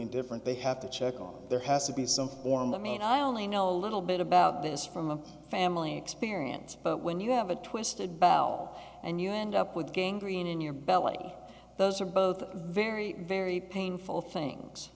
indifferent they have to check on there has to be some form of me and i only know a little bit about this from a family experience but when you have a twisted bout and you end up with gang green in your belly those are both very very painful things